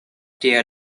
tia